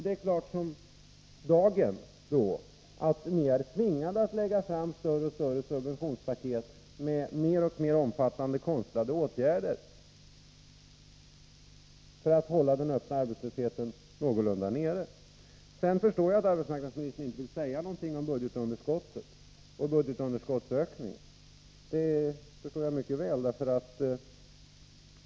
Det är då klart som dagen att ni är tvingade att lägga fram större och större subventionspaket med alltmer omfattande konstlade åtgärder, för att hålla den öppna arbetslösheten någorlunda nere. Sedan förstår jag mycket väl att arbetsmarknadsministern inte vill säga någonting om budgetunderskottet och ökningen av det.